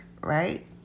Right